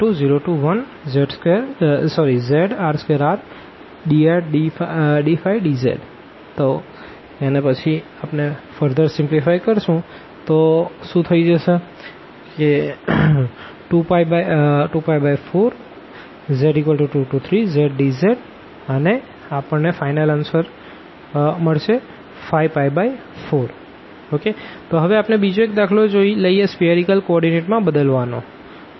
Iz23ϕ02πr01zr2rdrdϕdz Iz23ϕ02πr01zr2rdrdϕdz z23ϕ02π14zdϕdz 2π4z23zdz 5π4 તો હવે આપણે બીજો એક દાખલો લઈએ સ્ફીઅરીકલ કો ઓર્ડીનેટ માં બદલવા નો